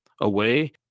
Away